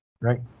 right